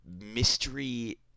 mystery